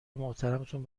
محترمتون